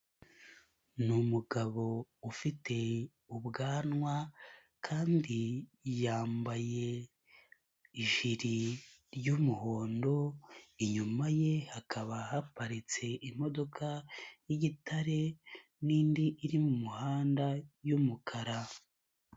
Ni numu umugabo ufite ubwanwa kandi yambaye ijiri ry'umuhondo, inyuma ye hakaba haparitse imodoka y'igitare n'indi iri mu muhanda y'umukara.